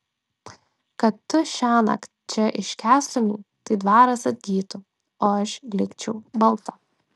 kad tu šiąnakt čia iškęstumei tai dvaras atgytų o aš likčiau balta